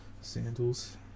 Sandals